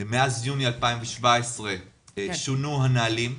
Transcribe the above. שמאז יוני 2017 שונו הנהלים.